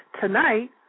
Tonight